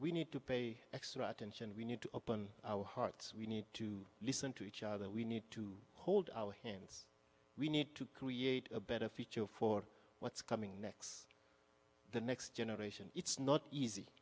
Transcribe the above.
we need to pay extra attention we need to open our hearts we need to listen to each other we need to hold our hands we need to create a better future for what's coming next the next generation it's not easy